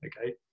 Okay